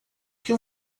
que